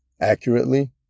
accurately